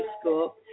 school